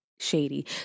shady